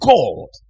God